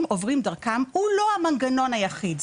עוברים דרכו הוא לא מנגנון היחיד,